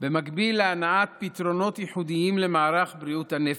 במקביל להנעת פתרונות ייחודיים למערך בריאות הנפש.